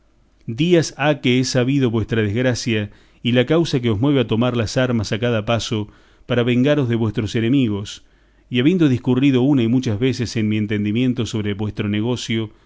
días ha que he sabido vuestra desgracia y la causa que os mueve a tomar las armas a cada paso para vengaros de vuestros enemigos y habiendo discurrido una y muchas veces en mi entendimiento sobre vuestro negocio